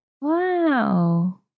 Wow